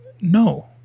No